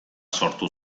sortu